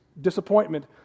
disappointment